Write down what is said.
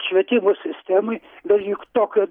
švietimo sistemoj bet juk tokio